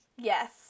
Yes